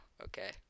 Okay